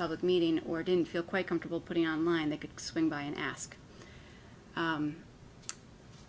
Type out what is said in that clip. public meeting or didn't feel quite comfortable putting on line they could swing by and ask